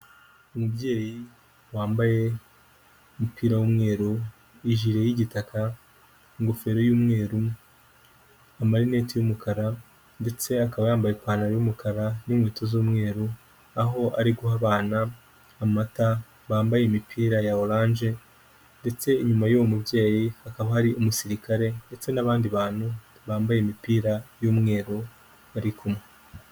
Umubyeyi wambaye umupira w'umweru n'ijiri y'igitaka ingofero y'umweru amarineti y'umukara ndetse akaba yambaye ipantaro y'umukara n'inkweto z'umweru aho ari guha abana amata bambaye imipira ya oranje ndetse inyuma y'uwo mubyeyi hakaba hari umusirikare ndetse n'abandi bantu bambaye imipira y'umweru bari kumwe.